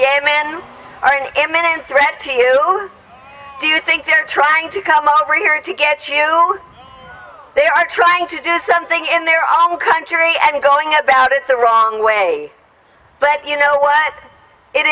man are an imminent threat to you do you think they're trying to come over here to get you they are trying to do something in their own country and going about it the wrong way but you know what it